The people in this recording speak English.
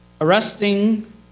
Arresting